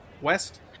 west